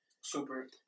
Super